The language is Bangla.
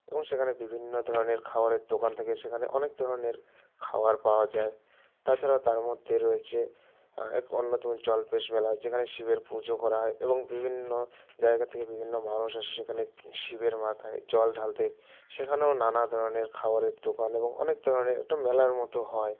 এবং সেখানে বিভিন্ন ধরনের খাওয়ারের দোকান থেকে সেখানে অনেক ধরনের খাবার পাওয়া যায় তাছাড়া তার মধ্যে রয়েছে এক অন্যতম জল্পেশ মেলা যেখানে শিবের পুজো করা হয় এবং বিভিন্ন জায়গা থেকে বিভিন্ন মানুষ আসে সেখানে শিবের মাথায় জল ঢালতে সেখানেও নানা ধরনের খাবারের দোকান এবং অনেক ধরনের একটা মেলার মতো হয়